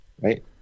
right